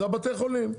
זה בתי החולים.